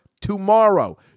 tomorrow